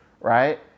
Right